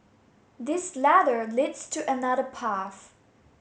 this ladder leads to another path